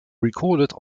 recorded